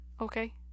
Okay